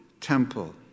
Temple